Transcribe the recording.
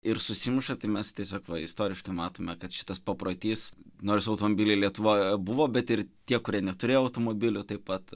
ir susimuša tai mes tiesiog istoriškai matome kad šitas paprotys nors automobiliai lietuvoj e buvo bet ir tie kurie neturėjo automobilių taip pat